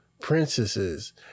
princesses